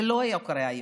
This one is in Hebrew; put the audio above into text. זה לא היה קורה היום.